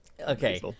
Okay